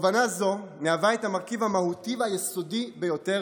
תובנה זו מהווה את המרכיב המהותי והיסודי ביותר